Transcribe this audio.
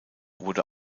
wurde